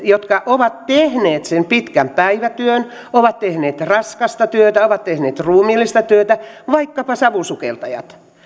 jotka ovat tehneet sen pitkän päivätyön ovat tehneet raskasta työtä ovat tehneet ruumiillista työtä vaikkapa savusukeltajat